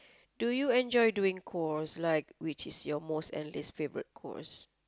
do you enjoy doing chores like which is your most and least favourite chores